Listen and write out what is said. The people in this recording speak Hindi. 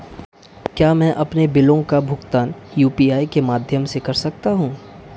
क्या मैं अपने बिलों का भुगतान यू.पी.आई के माध्यम से कर सकता हूँ?